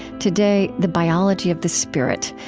today, the biology of the spirit,